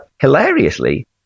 hilariously